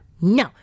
no